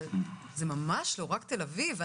אבל זה ממש לא רק תל אביב,